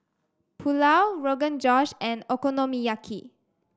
Pulao Rogan Josh and Okonomiyaki